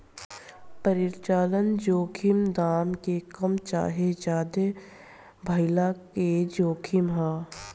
परिचालन जोखिम दाम के कम चाहे ज्यादे भाइला के जोखिम ह